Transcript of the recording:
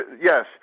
yes